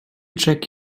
check